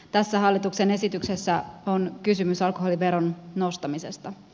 tässä hallituksen esityksessä on kysymys alkoholiveron nostamisesta